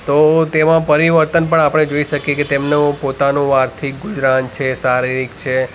તો તેમાં પરિવર્તન પણ આપણે જોઈ શકીએ કે તેમનો પોતાનો આર્થિક ગુજરાન છે શારીરિક છે